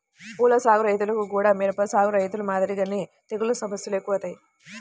పూల సాగు రైతులకు గూడా మిరప సాగు రైతులు మాదిరిగానే తెగుల్ల సమస్యలు ఎక్కువగా వత్తాయి